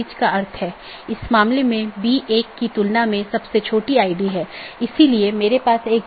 network layer reachability की जानकारी की एक अवधारणा है